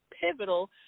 pivotal